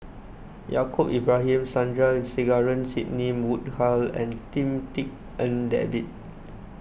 Yaacob Ibrahim Sandrasegaran Sidney Woodhull and Lim Tik En David